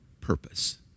purpose